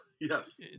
yes